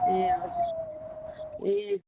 ए हजुर ए